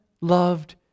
loved